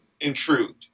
intrude